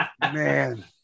Man